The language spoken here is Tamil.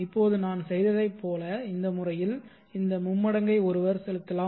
இப்போது நான் செய்ததைப் போல இந்த முறையில் இந்த மும்மடங்கை ஒருவர் செலுத்தலாம்